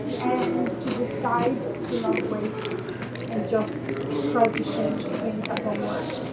and to decide to not wait and just try to change things that don't work.